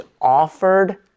offered